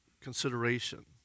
consideration